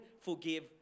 forgive